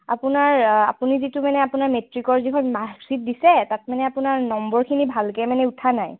আপোনাৰ আপুনি যিটো মানে আপোনাৰ মেট্ৰিকৰ যিখন মাৰ্কশ্বীট দিছে তাত মানে আপোনাৰ নম্বৰখিনি ভালকৈ মানে উঠা নাই